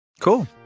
Cool